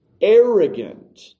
Arrogant